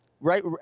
right